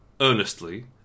earnestly